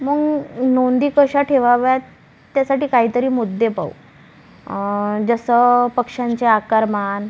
मग नोंदी कशा ठेवाव्यात त्यासाठी काहीतरी मुद्दे पाहू जसं पक्ष्यांचे आकारमान